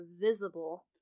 visible